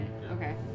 Okay